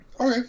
Okay